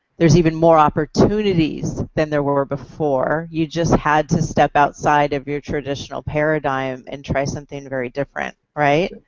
there's even more opportunities than there were were before. you just had to step outside of your traditional paradigm and try something very different, right?